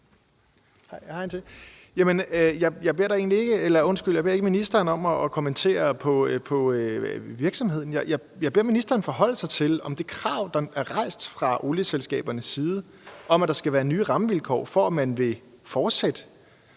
Jeg beder ikke ministeren om at kommentere virksomheden. Jeg beder ministeren forholde sig til det krav, der er stillet fra olieselskabernes side, om, at der skal være nye rammevilkår, for at man vil fortsætte.